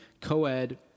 co-ed